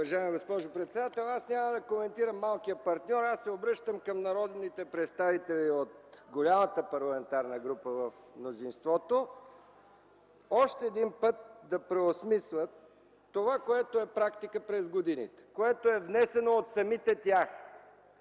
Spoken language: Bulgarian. уважаема госпожо председател. Аз няма да коментирам малкия партньор. Аз се обръщам към народните представители от голямата парламентарна група в мнозинството – още един път да преосмислят това, което е практика през годините, което е внесено от самите тях